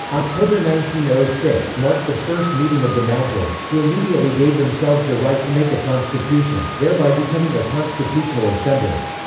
um but but six marked the first meeting of the majles, who immediately gave themselves the right to make a constitution, thereby becoming a constitutional assembly.